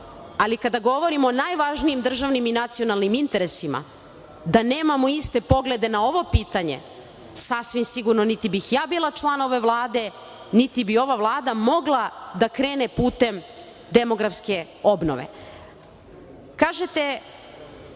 ali kada govorimo o najvažnijim državnim i nacionalnim interesima, da nemamo iste poglede na ovo pitanje, sasvim sigurno niti bi ja bila član ove Vlade, niti bi ova Vlada mogla da krene putem demografske obnove. Kažete,